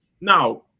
Now